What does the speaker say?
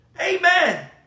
Amen